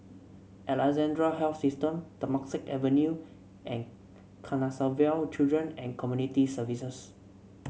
Alexandra Health System Temasek Avenue and Canossaville Children and Community Services